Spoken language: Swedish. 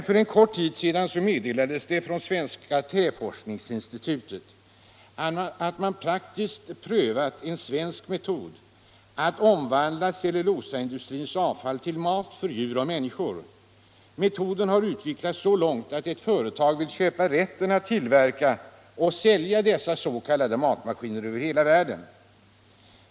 För en kort tid sedan meddelades det från Svenska träforskningsinstitutet att man praktiskt prövat en svensk metod att omvandla cellulosaindustrins avfall till mat för djur och människor. Metoden har utvecklats så långt att ett företag vill köpa rätten att tillverka och sälja dessa s.k. matmaskiner över hela världen.